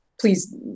please